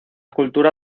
cultura